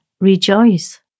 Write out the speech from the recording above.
rejoice